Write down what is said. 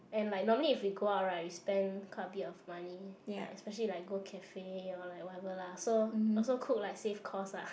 and like normally if we go out right we spend quite a bit of money like especially like go cafe or like whatever lah so also cook like save cost lah